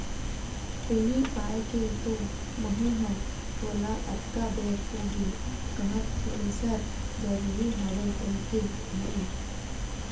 उही पाय के तो महूँ ह तोला अतका बेर होगे कहत थेरेसर जरुरी हवय कहिके भाई